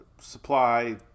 supply